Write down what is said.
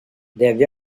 deve